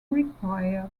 required